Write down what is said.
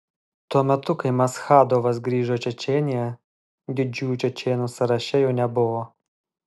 tuo metu kai maschadovas grįžo į čečėniją didžiųjų čečėnų sąraše jo nebuvo